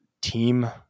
team